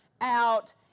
out